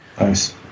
Nice